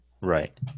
Right